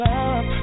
up